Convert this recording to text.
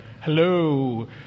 Hello